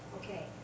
Okay